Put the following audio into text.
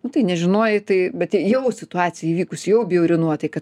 nu tai nežinojai tai bet jei jau situacija įvykusi jau bjauri nuotaika